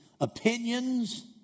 opinions